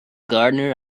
gardener